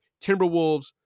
Timberwolves